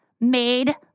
Made